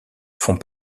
font